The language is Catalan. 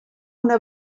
una